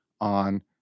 on